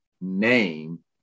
name